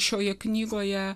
šioje knygoje